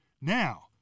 Now